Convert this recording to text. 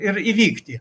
ir įvykti